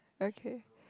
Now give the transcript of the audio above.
okay